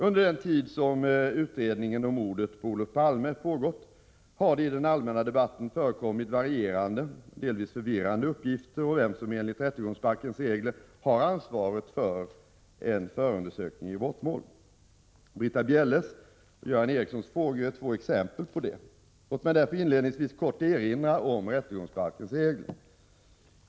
Under den tid som utredningen om mordet på Olof Palme pågått har det i den allmänna debatten förekommit varierande och delvis förvirrande uppgifter om vem som enligt rättegångsbalkens regler har ansvaret för en förundersökning i brottmål. Britta Bjelles och Göran Ericssons frågor är två exempel på detta. Låt mig därför inledningsvis kort erinra om rättegångsbalkens regler.